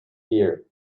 gear